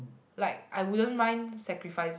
like I wouldn't mind sacrificing